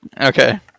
okay